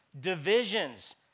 Divisions